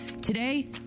Today